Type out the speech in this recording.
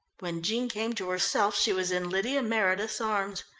when jean came to herself she was in lydia meredith's arms.